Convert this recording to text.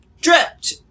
dripped